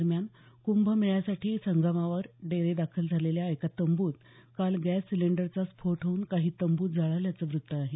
दरम्यान कुंभ मेळ्यासाठी संगमावर डेरेदाखल झालेल्या एका तंबूत काल गॅस सिलिंडरचा स्फोट होऊन काही तंबू जळाल्याचं व्तत आहे